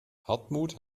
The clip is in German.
hartmut